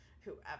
whoever